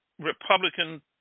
Republican